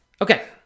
Okay